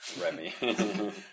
Remy